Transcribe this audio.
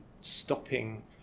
stopping